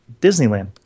Disneyland